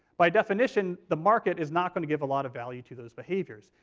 by definition, the market is not going to give a lot of value to those behaviors.